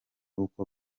uko